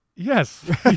Yes